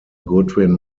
goodwin